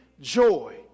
joy